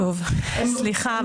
הן מקבלות --- סליחה,